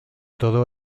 todo